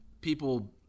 people